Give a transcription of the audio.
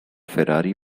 ferrari